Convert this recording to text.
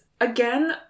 again